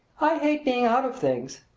i hate being out of things,